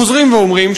חוזרים ואומרים,